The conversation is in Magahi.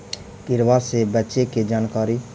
किड़बा से बचे के जानकारी?